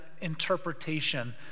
interpretation